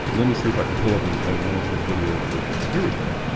let me see if i can pull up and one of his videos really quick here. we go.